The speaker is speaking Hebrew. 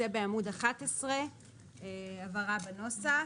זה בעמוד 11 הבהרה בנוסח.